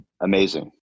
amazing